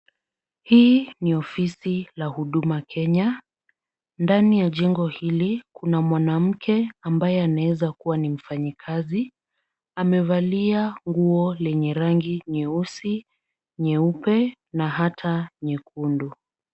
Hii ni ofisi la Huduma Kenya, ndani ya jengo hili kuna mwanamke ambaye anaweza kuwa ni mfanyakazi . Amevalia nguo lenye rangi nyeusi, nyeupe na hata nyekundu.